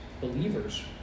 believers